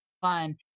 fun